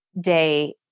day